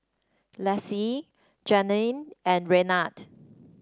Lessie Janeen and Raynard